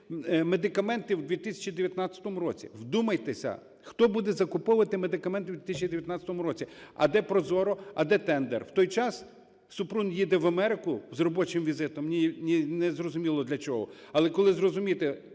медикаменти в 2019 році. Вдумайтеся, хто буде закуповувати медикаменти в 2019 році! А де ProZorro, а де тендер? В той час Супрун їде в Америку з робочим візитом, не зрозуміло для чого, але коли, зрозумійте,